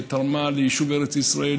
ותרמה ליישוב ארץ ישראל,